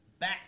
Back